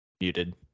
muted